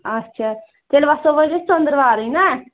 اچھا تیٚلہِ وَسو وۄنۍ أسۍ ژٔندٕروارٕے نا